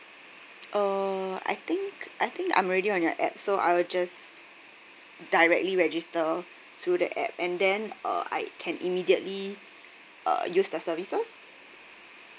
uh I think I think I'm already on your app so I will just directly register through the app and then uh I can immediately uh use the services